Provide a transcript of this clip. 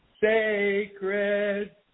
sacred